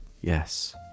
yes